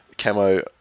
Camo